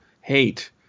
hate